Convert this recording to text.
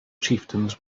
chieftains